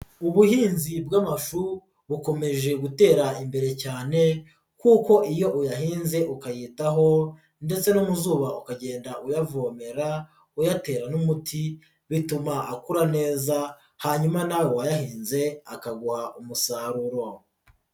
Ubuhinzi bw'amashu bukomeje gutera imbere cyane kuko iyo uyahinze ukayitaho ndetse no mu zuba ukagenda uyavomera, uyatera n'umuti, bituma akura neza, hanyuma nawe wayahinze, akaguha umusaruro.